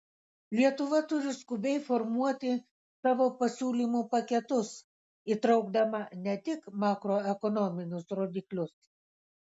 lietuva turi skubiai formuoti savo pasiūlymų paketus įtraukdama ne tik makroekonominius rodiklius